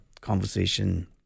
conversation